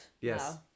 Yes